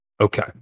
Okay